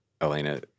Elena